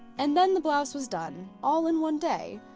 and then the blouse was done! all in one day,